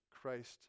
Christ